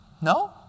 No